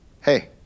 Hey